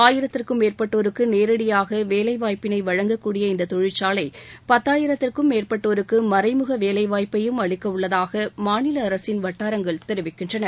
ஆயிரத்திற்கும் மேற்பட்டோருக்கு நேரடியாக வழங்கக்கூடிய இந்த தொழிற்சாலை பத்தாயிரத்திற்கும் மேற்பட்டோருக்கு மறைமுக வேலைவாய்ப்பையும் அளிக்க உள்ளதாக மாநில அரசின் வட்டாரங்கள் தெரிவிக்கின்றன